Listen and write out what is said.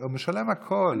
הוא משלם הכול.